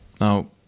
Now